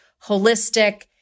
holistic